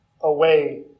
away